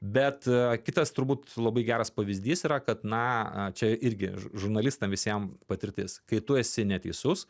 bet kitas turbūt labai geras pavyzdys yra kad na čia irgi žurnalistas visiem patirtis kai tu esi neteisus